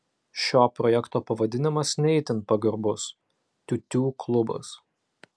šio projekto pavadinimas ne itin pagarbus tiutiū klubas